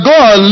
God